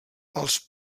els